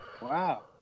Wow